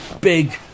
big